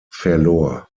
verlor